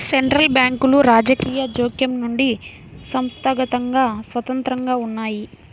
central బ్యాంకులు రాజకీయ జోక్యం నుండి సంస్థాగతంగా స్వతంత్రంగా ఉన్నయ్యి